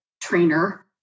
trainer